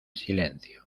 silencio